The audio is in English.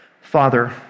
Father